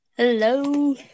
Hello